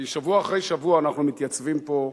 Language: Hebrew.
כי שבוע אחרי שבוע אנחנו מתייצבים פה,